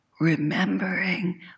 remembering